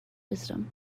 wisdom